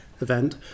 event